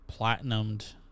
platinumed